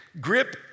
Grip